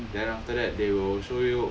then after that they will show you